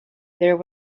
there